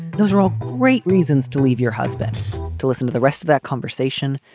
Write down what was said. those are all great reasons to leave your husband to listen to the rest of that conversation.